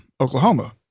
Oklahoma